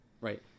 Right